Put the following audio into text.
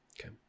Okay